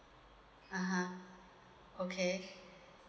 (uh huh) okay